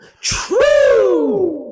true